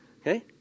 Okay